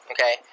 Okay